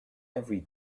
every